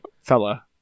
fella